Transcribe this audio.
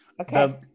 okay